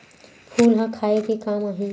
फूल ह खाये के काम आही?